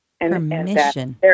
Permission